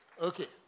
Okay